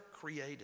created